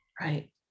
right